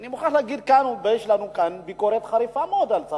אני מוכרח להגיד כאן שיש לנו ביקורת חריפה מאוד על שר